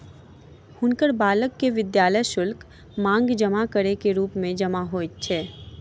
हुनकर बालक के विद्यालय शुल्क, मांग जमा के रूप मे जमा होइत अछि